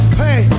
hey